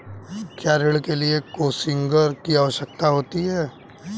क्या ऋण के लिए कोसिग्नर की आवश्यकता होती है?